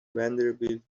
vanderbilt